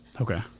Okay